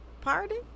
Pardon